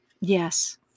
Yes